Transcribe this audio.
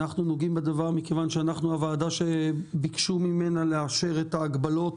אנחנו נוגעים בדבר מכיוון שאנחנו הוועדה שביקשו ממנה לאשר את ההגבלות